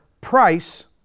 price